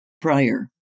prior